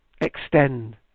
Extend